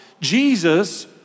Jesus